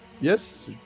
yes